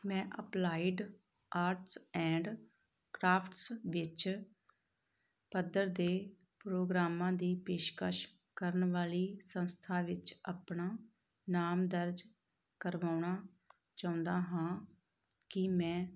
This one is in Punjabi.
ਮੈਂ ਅਪਲਾਈਡ ਆਰਟਸ ਐਂਡ ਕਰਾਫਟਸ ਵਿੱਚ ਪੱਧਰ ਦੇ ਪ੍ਰੋਗਰਾਮਾਂ ਦੀ ਪੇਸ਼ਕਸ਼ ਕਰਨ ਵਾਲੀ ਸੰਸਥਾ ਵਿੱਚ ਆਪਣਾ ਨਾਮ ਦਰਜ ਕਰਵਾਉਣਾ ਚਾਹੁੰਦਾ ਹਾਂ ਕੀ ਮੈਂ